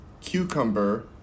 cucumber